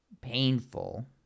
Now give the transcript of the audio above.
painful